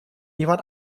jemand